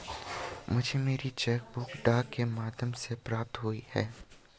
मुझे मेरी cheque book डाक के माध्यम से प्राप्त हुई है